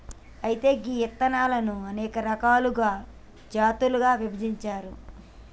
అయితే గీ ఇత్తనాలను అనేక రకాలుగా జాతులుగా విభజించారు